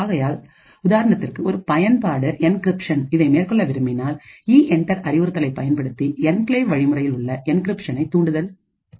ஆகையால் உதாரணத்திற்கு ஒரு பயன்பாடு என்கிரிப்ஷன் இதை மேற்கொள்ள விரும்பினால் இஎன்டர் அறிவுறுத்தலை பயன்படுத்தி என்கிளேவ் வழிமுறையில் உள்ள என்கிரிப்ஷனை தூண்டுதல் செய்யும்